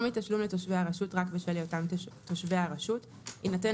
פטור מתשלום לתושבי הרשות רק בשל היותם תושבי הרשות יינתן